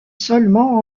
seulement